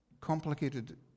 complicated